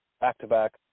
back-to-back